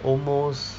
almost